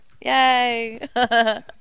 Yay